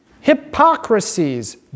hypocrisies